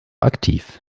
aktiv